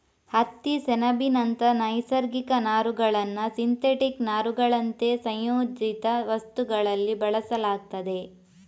ಹತ್ತಿ, ಸೆಣಬಿನಂತ ನೈಸರ್ಗಿಕ ನಾರುಗಳನ್ನ ಸಿಂಥೆಟಿಕ್ ನಾರುಗಳಂತೆ ಸಂಯೋಜಿತ ವಸ್ತುಗಳಲ್ಲಿ ಬಳಸಲಾಗ್ತದೆ